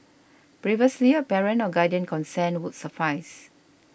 previously a parent or guardian consent would suffice